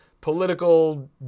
political